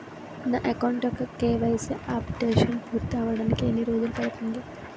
నా అకౌంట్ యెక్క KYC updation పూర్తి అవ్వడానికి ఎన్ని రోజులు పడుతుంది?